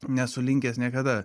nesu linkęs niekada